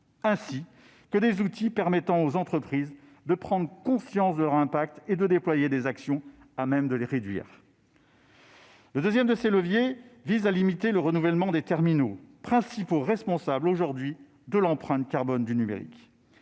ainsi que des outils permettant aux entreprises de prendre conscience de leur impact et de déployer des actions à même de les réduire. Le deuxième de ces leviers vise à limiter le renouvellement des terminaux, principaux responsables aujourd'hui de l'empreinte carbone du numérique.